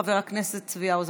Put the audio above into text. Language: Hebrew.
חבר הכנסת צבי האוזר,